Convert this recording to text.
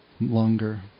longer